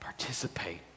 Participate